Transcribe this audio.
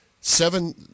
seven